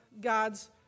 God's